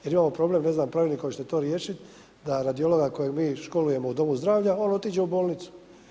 Jer imamo problem ne znam pravilnikom ćete to riješit da radiologa kojeg mi školujemo u domu zdravlja on otiđe u bolnicu.